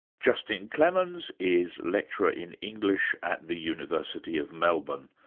justin clemens, is lecturer in english at the university of melbourne.